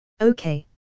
Okay